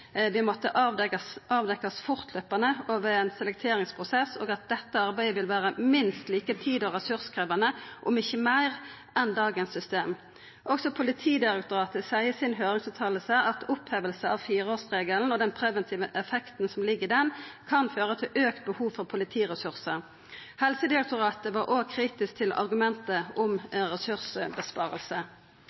fortløpande og ved ein selekteringsprosess, og at dette arbeidet vil vera minst like tid- og ressurskrevjande, om ikkje meir, enn dagens system. Også Politidirektoratet seier i si høyringsutsegn at oppheving av fireårsregelen og den preventive effekten som ligg i han, kan føra til auka behov for politiressursar. Helsedirektoratet var òg kritisk til argumentet om